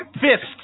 Fists